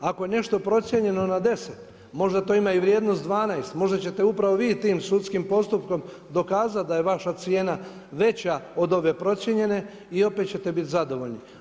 Ako je nešto procijenjeno na 10, možda to ima i vrijednost 12, možda ćete upravo vi tim sudskim postupkom dokazati da je vaša cijena veća od ove procijenjene i opet ćete biti zadovoljni.